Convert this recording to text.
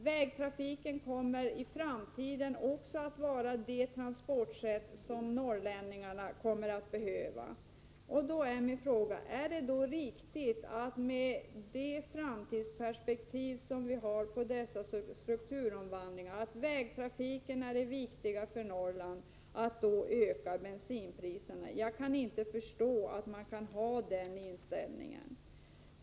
Vägtrafiken kommer också i framtiden att vara det transportsätt norrlänningarna kommer att behöva. Då är min fråga: Är det riktigt att med det framtidsperspektiv som vi har när det gäller dessa strukturomvandlingar, då vägtrafiken är det viktiga för Norrland, att öka bensinpriserna? Jag kan inte förstå att någon kan ha den inställningen.